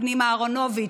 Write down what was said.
מתגוררים,